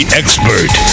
expert